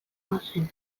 bazen